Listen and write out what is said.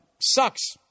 Sucks